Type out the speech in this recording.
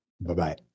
Bye-bye